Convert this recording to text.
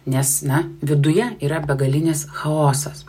nes na viduje yra begalinis chaosas